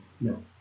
No